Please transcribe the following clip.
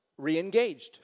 reengaged